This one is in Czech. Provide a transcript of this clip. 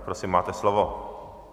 Prosím, máte slovo.